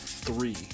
three